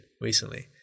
recently